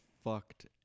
fucked